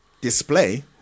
display